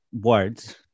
words